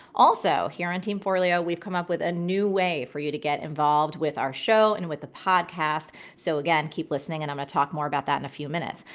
also here on team forleo, we've come up with a new way for you to get involved with our show and with the podcast. so again, keep listening and i'm gonna talk more about that in a few minutes.